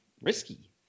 risky